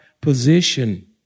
position